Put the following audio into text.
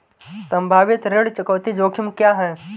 संभावित ऋण चुकौती जोखिम क्या हैं?